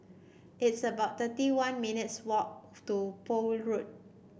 it's about thirty one minutes walk to Poole Road